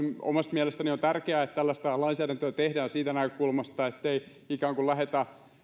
omasta mielestäni on tärkeää muun muassa että tällaista lainsäädäntöä tehdään siitä näkökulmasta ettei ikään kuin lähdetä